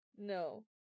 No